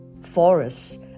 Forests